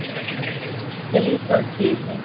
अच्छा चलिए सर ठीक है